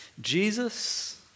Jesus